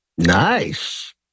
Nice